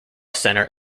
center